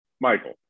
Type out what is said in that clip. Michael